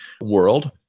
world